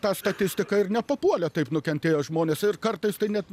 tą statistiką nepapuolė taip nukentėję žmonės ir kartais net